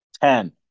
Ten